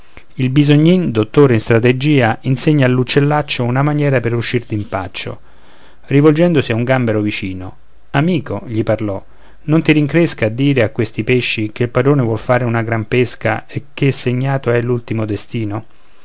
il bisognin dottore in strategia insegna all'uccellaccio una maniera per uscir d'impaccio rivolgendosi a un gambero vicino amico gli parlò non ti rincresca a dire a questi pesci che il padrone vuol fare una gran pesca e che segnato è l'ultimo destino